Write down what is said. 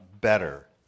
better